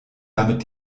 damit